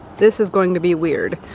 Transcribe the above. this is going to be weird.